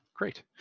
Great